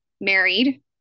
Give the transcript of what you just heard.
married